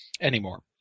anymore